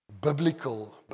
biblical